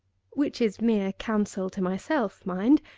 which is mere counsel to myself, mind!